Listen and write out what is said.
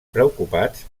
preocupats